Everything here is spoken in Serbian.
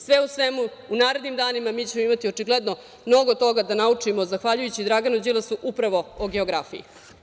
Sve u svemu u narednim danima mi ćemo imati očigledno mnogo toga da naučimo zahvaljujući Draganu Đilasu upravo o geografiji.